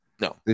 No